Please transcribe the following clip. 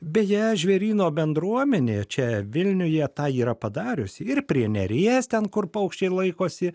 beje žvėryno bendruomenė čia vilniuje tą yra padariusi ir prie neries ten kur paukščiai laikosi